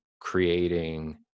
creating